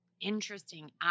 Interesting